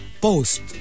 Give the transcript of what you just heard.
post